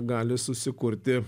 gali susikurti